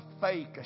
fake